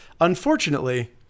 Unfortunately